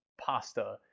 pasta